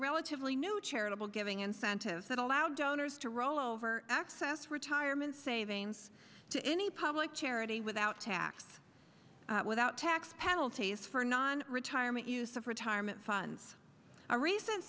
relatively new charitable giving incentives that allow donors to rollover access retirement savings to any public charity without tax without tax penalties for non retirement use of retirement funds a recent